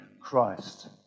Christ